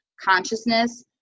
consciousness